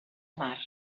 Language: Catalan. mar